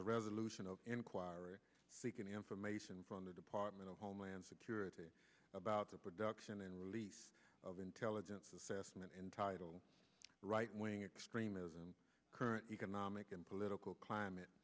a resolution of inquiry seeking information from the department of homeland security about the production and release of intelligence assessment entitled the right wing extremism current economic and political climate